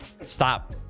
Stop